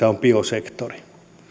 on biosektori